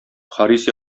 харис